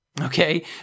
Okay